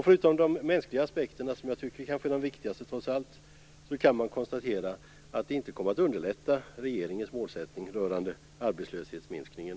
Förutom de mänskliga aspekterna, som jag kanske trots allt tycker är de viktigaste, kan man konstatera att det inte heller kommer att underlätta regeringens målsättning rörande arbetslöshetsminskningen.